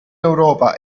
europa